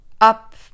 up